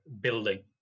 building